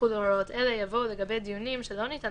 "יחולו הוראות אלה" יבוא "ולגבי דיונים שלא ניתן